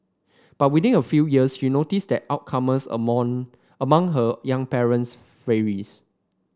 but within a few years she noticed that outcomes among among her young patients varies